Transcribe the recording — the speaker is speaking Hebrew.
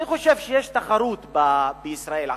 אני חושב שיש עכשיו בישראל תחרות,